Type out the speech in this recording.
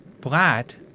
Blatt